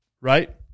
right